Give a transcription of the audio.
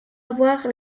avoir